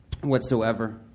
whatsoever